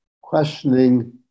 questioning